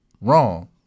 wrong